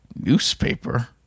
newspaper